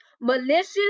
malicious